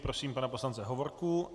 Prosím pana poslance Hovorku.